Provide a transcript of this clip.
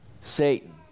Satan